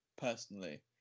personally